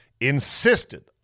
insisted